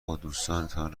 بادوستانتان